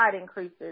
increases